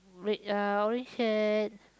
red uh orange shirt